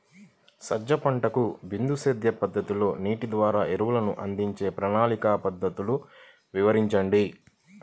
సజ్జ పంటకు బిందు సేద్య పద్ధతిలో నీటి ద్వారా ఎరువులను అందించే ప్రణాళిక పద్ధతులు వివరించండి?